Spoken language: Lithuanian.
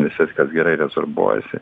visas kas gerai rezorbuojasi